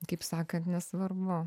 kaip sakant nesvarbu